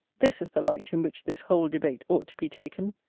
this is the light in which this whole debate ought to be taken.